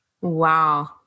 Wow